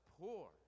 poor